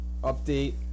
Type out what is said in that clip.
update